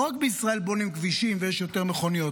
לא רק בישראל בונים כבישים ויש יותר מכוניות,